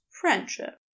friendship